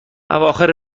اواخر